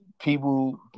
People